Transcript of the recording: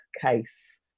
case